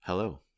Hello